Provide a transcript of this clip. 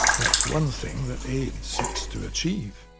that's one thing that aid seeks to achieve.